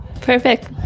Perfect